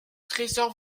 trésor